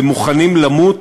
ומוכנים למות